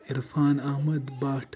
Irfan Ahmad Bhat